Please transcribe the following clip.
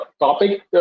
topic